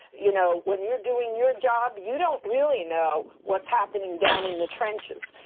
you know, when you're doing your job, you don't really know what's happening down in the trenches,